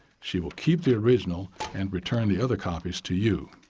she will keep the original and return the other copies to you.